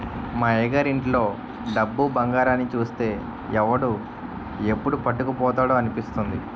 మా అయ్యగారి ఇంట్లో డబ్బు, బంగారాన్ని చూస్తే ఎవడు ఎప్పుడు పట్టుకుపోతాడా అనిపిస్తుంది